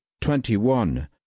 twenty-one